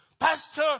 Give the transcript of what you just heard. Pastor